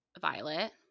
Violet